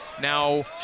now